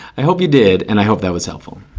i hope you did. and i hope that was helpful.